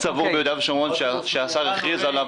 חשוב לי גם לדעת מכיוון שהשקענו בזה כסף.